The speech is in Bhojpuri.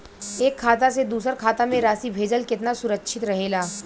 एक खाता से दूसर खाता में राशि भेजल केतना सुरक्षित रहेला?